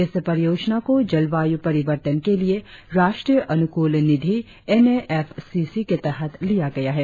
इस परियोजना को जलवायु परिवर्तन के लिए राष्ट्रीय अनुकूलन निधि N A F C C के तहत लिया गया है